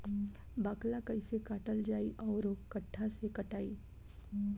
बाकला कईसे काटल जाई औरो कट्ठा से कटाई?